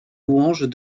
louanges